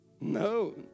No